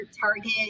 Target